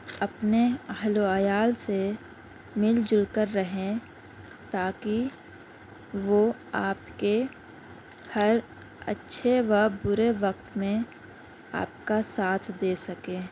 اپنے اہل و عیال سے مل جل کر رہیں تاکہ وہ آپ کے ہر اچھے و برے وقت میں آپ کا ساتھ دے سکیں